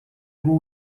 его